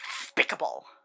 despicable